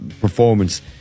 performance